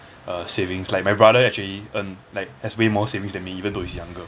uh savings like my brother actually earn like has way more savings than me even though he's younger